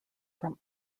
from